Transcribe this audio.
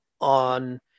on